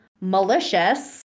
malicious